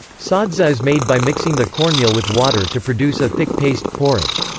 sadza is made by mixing the cornmeal with water to produce a thick paste porridge.